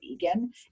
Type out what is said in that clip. vegan